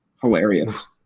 hilarious